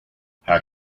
how